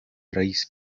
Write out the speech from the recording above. raíz